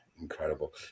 incredible